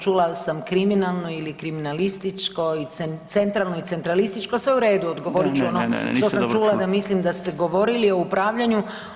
Čula sam kriminalno ili kriminalističko i centralno i centralističko [[Upadica: Ne, niste dobro čuli.]] sve u redu, odgovorit ću što sam čula, a mislim da ste govorili o upravljanju.